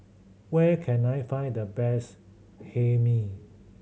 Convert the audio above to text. where can I find the best Hae Mee